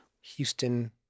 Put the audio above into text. Houston